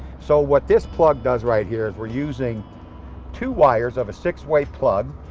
so what this plug does right here is, we're using two wires of a six-way plug.